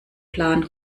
plan